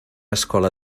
escola